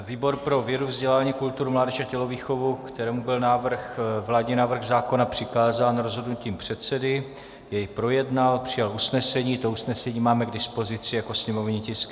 Výbor pro vědu, vzdělání, kulturu, mládež a tělovýchovu, kterému byl vládní návrh zákona přikázán rozhodnutím předsedy, jej projednal, přijal usnesení, to usnesení máme k dispozici jako sněmovní tisk 972/1.